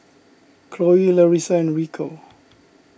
Cloe Larissa and Rico